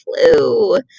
Flu